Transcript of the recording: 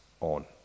on